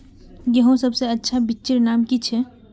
गेहूँर सबसे अच्छा बिच्चीर नाम की छे?